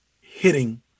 hitting